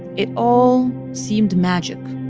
it all seemed magic.